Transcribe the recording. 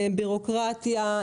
בירוקרטיה,